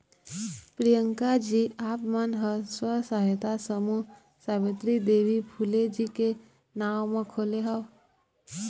प्रियंकाजी आप मन ह स्व सहायता समूह सावित्री देवी फूले जी के नांव म खोले हव